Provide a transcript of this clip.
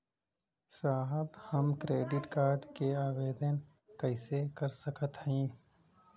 साहब हम credit card क आवेदन कइसे कर सकत हई?